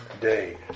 day